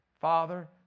Father